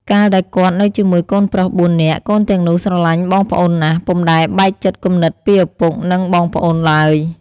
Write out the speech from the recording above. កាលដែលគាត់នៅជាមួយកូនប្រុស ៤នាក់ កូនទាំងនោះស្រឡាញ់បងប្អូនណាស់ ពុំដែលបែកចិត្តគំនិតពីឪពុក និងបងប្អូនឡើយ ។